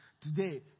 today